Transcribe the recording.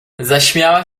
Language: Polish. zaśmiała